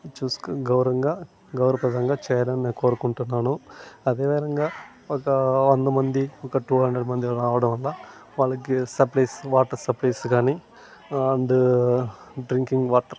చూసుకుని గౌరవంగా గౌరవ ప్రదంగా చేరాలని కోరుకుంటున్నాను అదే విధంగా ఒక వంద మంది ఒక టూ హండ్రెడ్ మంది రావడం వల్ల వాళ్ళకి సప్లై వాటర్ సప్లైస్ కానీ అండ్ డ్రింకింగ్ వాటర్